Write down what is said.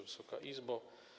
Wysoka Izbo!